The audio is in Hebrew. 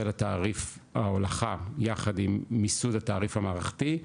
תעריף ההולכה יחד עם מיסוד התעריף המערכתי,